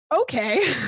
okay